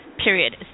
period